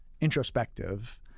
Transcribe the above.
introspective